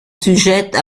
sujette